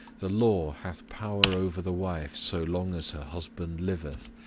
the law hath power over the wife so long as her husband liveth,